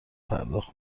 پرداخت